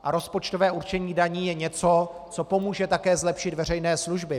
Rozpočtové určení daní je něco, co pomůže také zlepšit veřejné služby.